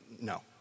no